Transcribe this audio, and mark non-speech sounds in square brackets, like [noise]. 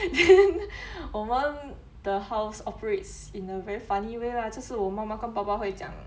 [laughs] 我们的 house operates in a very funny way 啦就是我妈妈跟爸爸会讲